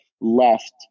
left